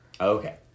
Okay